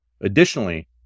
Additionally